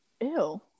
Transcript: Ew